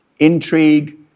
Intrigue